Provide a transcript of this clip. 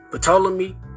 Ptolemy